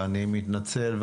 ואני מתנצל,